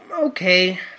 okay